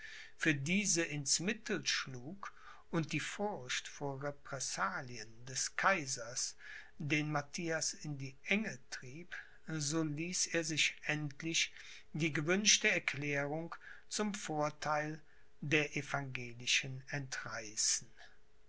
für diese ins mittel schlug und die furcht vor repressalien des kaisers den matthias in die enge trieb so ließ er sich endlich die gewünschte erklärung zum vortheil der evangelischen entreißen